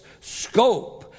scope